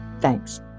Thanks